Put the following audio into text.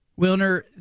Wilner